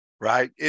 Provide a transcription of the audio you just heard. Right